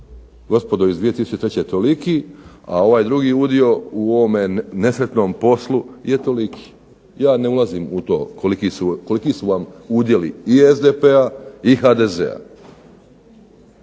gospodo iz 2003. je toliki, a ovaj drugi udio u ovome nesretnom poslu je toliki. Ja ne ulazim u to koliki su vam udjeli i SDP-a i HDZ-a.